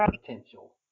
potential